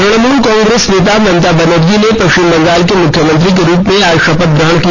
Trinamool Congress नेता ममता बनर्जी ने पश्चिम बंगाल के मुख्यमंत्री के रूप में आज शपथ ग्रहण किया